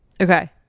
Okay